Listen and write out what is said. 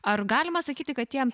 ar galima sakyti kad tie